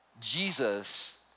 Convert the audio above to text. Jesus